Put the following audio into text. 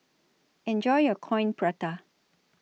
Enjoy your Coin Prata